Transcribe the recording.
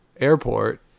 airport